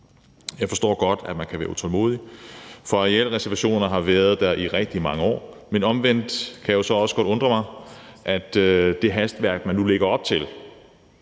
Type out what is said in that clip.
Jeg forstår godt, at man kan være utålmodig, for arealreservationerne har været der i rigtig mange år, men omvendt kan jeg så også godt undre mig over det hastværk, man nu lægger op til.